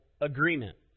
agreement